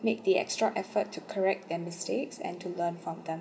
make the extra effort to correct their mistakes and to learn from